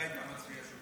אתה היית מצביע שכן.